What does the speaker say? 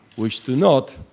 which do not,